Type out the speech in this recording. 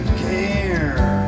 care